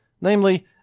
Namely